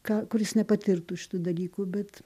ką kuris nepatirtų šitų dalykų bet